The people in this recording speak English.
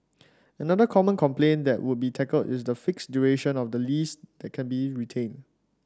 another common complaint that would be tackled is the fixed duration of the lease that can be retained